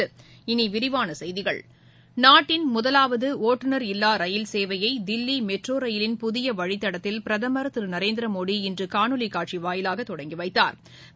இனி விரிவான செய்திகள் நாட்டின் முதலாவது ஓட்டுநர் இல்லா ரயில் சேவையை தில்லி மெட்ரோ ரயிலின் புதிய வழித்தடத்தில் பிரதம் திரு நரேந்திர மோடி இன்று காணொலி காட்சி வாயிலாக தொடங்கி வைத்தாா்